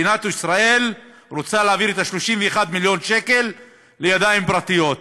מדינת ישראל רוצה להעביר 31 מיליון שקל לידיים פרטיות,